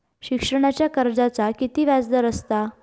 शिक्षणाच्या कर्जाचा किती व्याजदर असात?